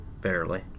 Barely